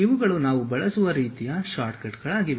ಇವುಗಳು ನಾವು ಬಳಸುವ ರೀತಿಯ ಶಾರ್ಟ್ಕಟ್ಗಳಾಗಿವೆ